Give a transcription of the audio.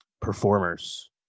performers